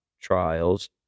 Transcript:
trials